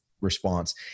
response